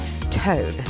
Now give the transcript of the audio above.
tone